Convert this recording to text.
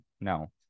no